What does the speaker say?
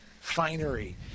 finery